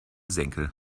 senkel